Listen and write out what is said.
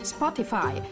Spotify